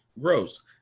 gross